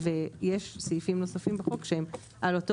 ויש סעיפים נוספים בחוק שהם על אותו